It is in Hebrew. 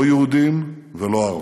לא יהודים ולא ערבים,